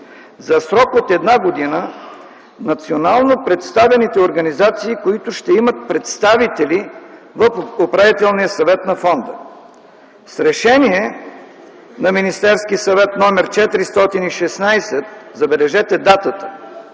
за срок от една година национално представените организации, които ще имат представители в Управителният съвет на фонда. С Решение на Министерския съвет № 416, забележете датата